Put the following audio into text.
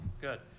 Good